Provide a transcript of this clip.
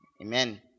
Amen